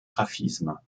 graphismes